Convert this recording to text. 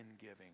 giving